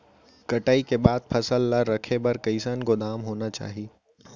कटाई के बाद फसल ला रखे बर कईसन गोदाम होना चाही?